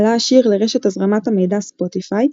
עלה השיר לרשת הזרמת המדיה ספוטיפיי,